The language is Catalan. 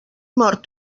mort